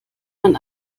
man